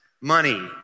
money